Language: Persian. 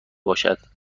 باشد